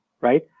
Right